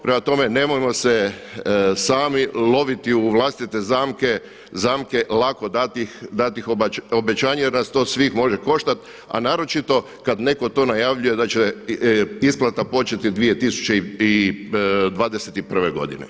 Prema tome, nemojmo se sami loviti u vlastite zamke, zamke lako danih obećanja jer nas to svih može koštati a naročito kada netko to najavljuje da će isplata početi 2021. godine.